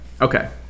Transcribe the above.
Okay